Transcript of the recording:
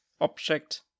object